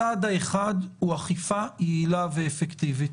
הצעד הראשון הוא אכיפה יעילה ואפקטיבית,